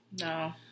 No